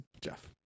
Jeff